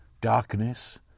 darkness